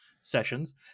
sessions